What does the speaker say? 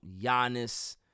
Giannis